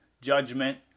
judgment